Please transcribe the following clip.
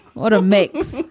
automakers.